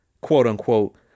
quote-unquote